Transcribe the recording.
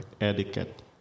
etiquette